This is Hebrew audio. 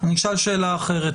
אני אשאל שאלה אחרת.